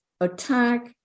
attack